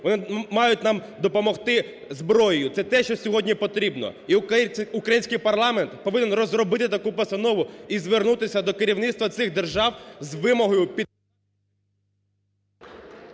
вони мають нам допомогти зброєю це те, що сьогодні потрібно. І український парламент повинен розробити таку постанову і звернутися до керівництва цих держав з вимогою… ГОЛОВУЮЧИЙ.